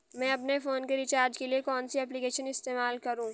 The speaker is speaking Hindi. मैं अपने फोन के रिचार्ज के लिए कौन सी एप्लिकेशन इस्तेमाल करूँ?